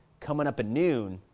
coming up at noon.